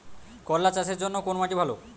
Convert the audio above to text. করলা চাষের জন্য কোন মাটি ভালো?